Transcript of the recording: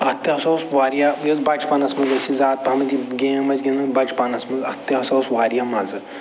اَتھ تہِ ہَسا اوس وارِیاہ یہِ ٲس بچپنَس منٛز ٲس یہِ زیادٕ پَہمتھ یہِ گیم ٲسۍ گِنٛدان بچپنَس منٛز اَتھ تہِ ہسا اوس وارِیاہ مَزٕ